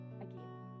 again